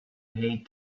hate